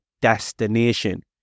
destination